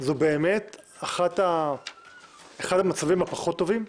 זה באמת אחד המצבים הפחות טובים.